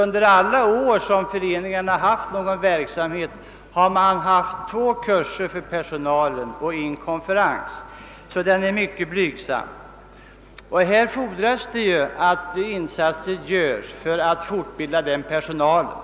Under alla år som föreningarna har haft någon verksamhet har man haft två kurser för personalen och en konferens. Denna verksamhet är alltså mycket blygsam. Här fordras det att insatser görs för att fortbilda den personalen.